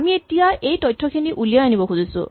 আমি এতিয়া এই তথ্যখিনি উলিয়াই আনিব খুজিছোঁ